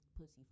pussy